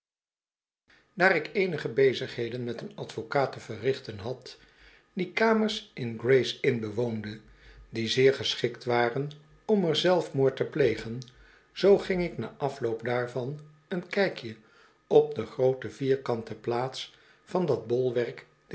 daar ik eenige bezigheden met een advocaat te verrichten had die kamers in gray's inn bewoonde die zeer geschikt waren om er zelfmoord te plegen zoo ging ik na afloop daarvan een kijkje op de groote vierkante plaats van dat bolwerk